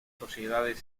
sociedades